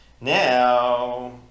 Now